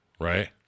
right